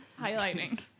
highlighting